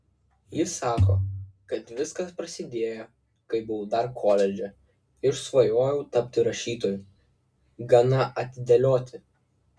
ji sako kad viskas prasidėjo kai buvau dar koledže ir svajojau tapti rašytoju gana atidėlioti